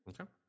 okay